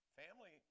family